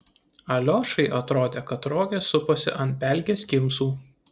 aliošai atrodė kad rogės suposi ant pelkės kimsų